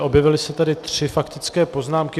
Objevily se tady tři faktické poznámky.